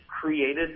created